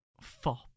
FOP